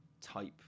type